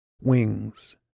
Wings